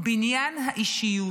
בניין האישיות.